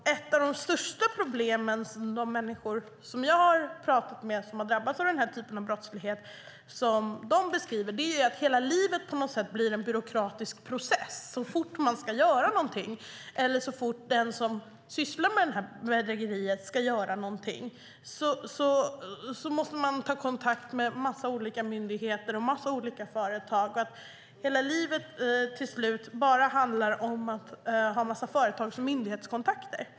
Ett av de största problemen för de människor jag talat med som drabbats av den här typen av brottslighet är, som de säger, att hela livet blir en byråkratisk process. Så fort den som sysslar med bedrägerierna gör någonting måste den som drabbas ta kontakt med en mängd olika myndigheter och företag. Hela livet handlar till slut bara om företags och myndighetskontakter.